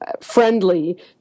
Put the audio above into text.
friendly